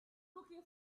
looking